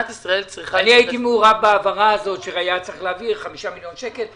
אני הייתי מעורב בהעברה הזאת שהיה צריך להעביר חמישה מיליון שקלים.